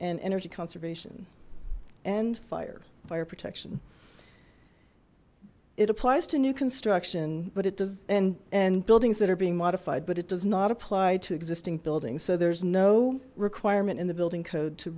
and energy conservation and fire fire protection it applies to new construction but it does and and buildings that are being modified but it does not apply to existing buildings so there's no requirement in the building code to